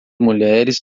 mulheres